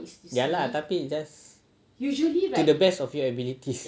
ya lah tapi just to the best of your abilities